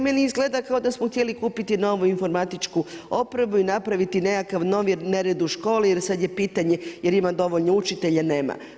Meni izgleda kao da smo htjeli kupiti novu informatičku opremu i napraviti nekakav novi nered u školi jer sada je pitanje jel' ima dovoljno učitelja, nema.